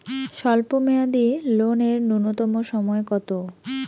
স্বল্প মেয়াদী লোন এর নূন্যতম সময় কতো?